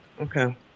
Okay